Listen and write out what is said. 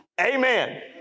Amen